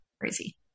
crazy